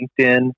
LinkedIn